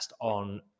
on